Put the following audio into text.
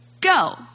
Go